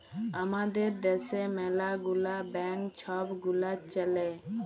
আমাদের দ্যাশে ম্যালা গুলা ব্যাংক ছব গুলা চ্যলে